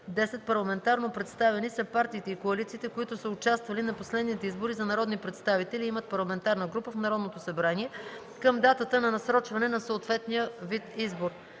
10. „Парламентарно представени” са партиите и коалициите, които са участвали на последните избори за народни представители и имат парламентарна група в Народното събрание към датата на насрочване на съответния вид избор.